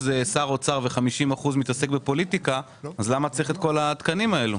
שר חוץ ו-50 אחוזים מתעסק בפוליטיקה למה צריך את כל התקנים האלה?